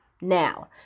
Now